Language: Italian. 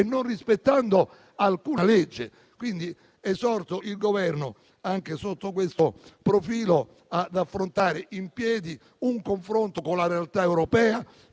non rispettando alcuna legge. Esorto quindi il Governo, anche sotto questo profilo, ad affrontare in piedi un confronto con la realtà europea